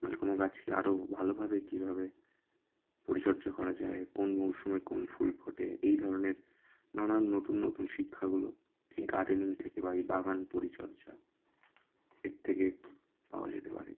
মানে কোনো গাছকে আরো ভালোভাবে কীভাবে পরিচর্যা করা যায় কোন মরসুমে কোন ফুল ফোটে এই ধরনের নানান নতুন নতুন শিক্ষাগুলো এই গারডেনিং থেকে বা এই বাগান পরিচর্যা এর থেকে পাওয়া যেতে পারে